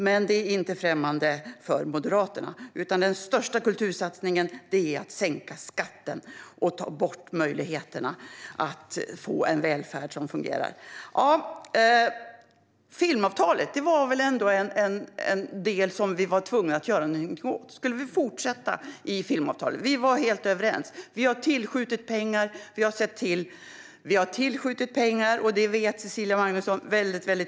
Men det är inte främmande för Moderaterna, utan de tycker att den största kultursatsningen är att sänka skatterna och ta bort möjligheterna att få en välfärd som fungerar. Filmavtalet var väl ändå en del som vi var tvungna att göra någonting åt. Skulle vi fortsätta i filmavtalet? Vi var helt överens. Vi har tillskjutit pengar, och det vet Cecilia Magnusson väldigt väl.